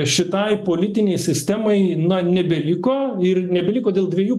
šitai politinei sistemai na nebeliko ir nebeliko dėl dviejų